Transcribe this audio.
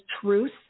truth